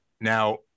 Now